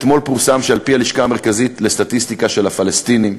אתמול פורסם שעל-פי הלשכה המרכזית לסטטיסטיקה של הפלסטינים,